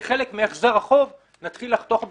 וכחלק מהחזר החוב נתחיל לחתוך בקצבאות.